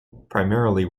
primarily